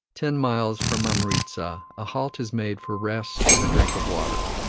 ten miles from amritza, a halt is made for rest and a drink of water.